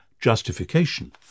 justification